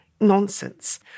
nonsense